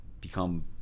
become